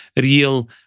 real